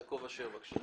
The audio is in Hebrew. יעקב אשר, בבקשה.